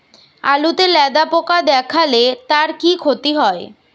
আলুতে লেদা পোকা দেখালে তার কি ক্ষতি হয়?